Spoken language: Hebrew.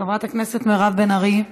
חברת הכנסת מירב בן ארי,